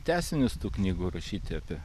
tęsinius tų knygų rašyti apie